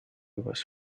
was